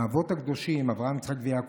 האבות הקדושים, אברהם, יצחק ויעקב.